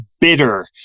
Bitter